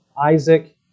Isaac